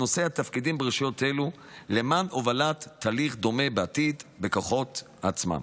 נושאי התפקידים ברשויות אלה למען הובלת תהליך דומה בעתיד בכוחות עצמן.